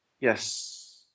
Yes